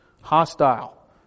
hostile